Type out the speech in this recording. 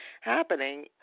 happening